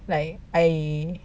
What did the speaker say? like I